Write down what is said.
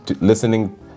listening